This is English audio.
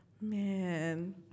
Man